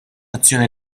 azzjoni